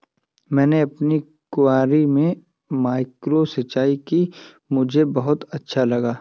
मैंने अपनी क्यारी में माइक्रो सिंचाई की मुझे बहुत अच्छा लगा